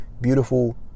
beautiful